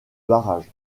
barrage